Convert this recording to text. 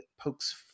pokes